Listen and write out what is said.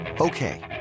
Okay